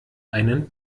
einen